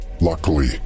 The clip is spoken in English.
Luckily